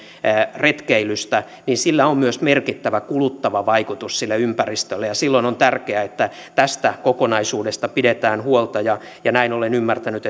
retkeilystä niin sillä on myös merkittävä kuluttava vaikutus sille ympäristölle ja silloin on tärkeää että tästä kokonaisuudesta pidetään huolta ja ja näin olen ymmärtänyt